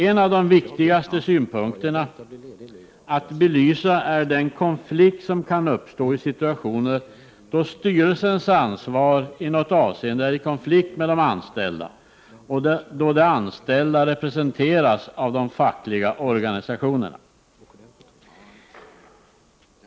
En av de viktigaste synpunkterna att belysa är den konflikt som kan uppstå i situationer där styrelsens ansvar i något avseende är i konflikt med de anställda och där de anställda representeras av de fackliga organisationerna.